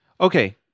Okay